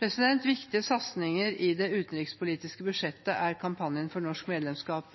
Viktige satsinger i det utenrikspolitiske budsjettet er kampanjen for norsk medlemskap